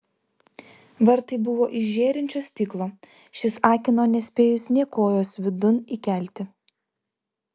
vartai buvo iš žėrinčio stiklo šis akino nespėjus nė kojos vidun įkelti